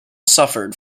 suffered